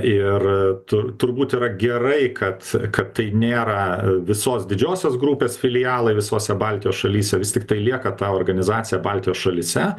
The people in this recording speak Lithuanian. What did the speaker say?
ir tu turbūt yra gerai kad kad tai nėra visos didžiosios grupės filialai visose baltijos šalyse vis tiktai lieka ta organizacija baltijos šalyse